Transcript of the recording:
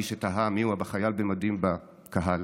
למי שתהה מיהו החייל במדים בקהל.